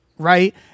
right